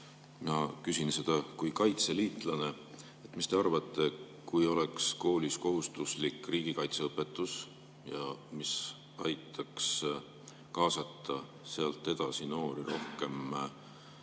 küsin seda kui kaitseliitlane. Mis te arvate, kui oleks koolis kohustuslik riigikaitseõpetus, mis aitaks kaasata sealt edasi noori rohkem Kaitseliidu